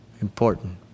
Important